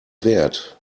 wert